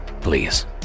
please